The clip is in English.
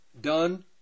done